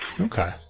Okay